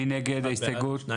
הצבעה בעד,